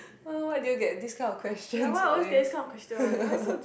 why why why did you get this kind of questions always